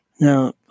Now